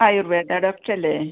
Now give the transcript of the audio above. Ayurveda doctor അല്ലേ